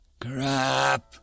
Crap